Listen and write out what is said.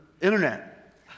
Internet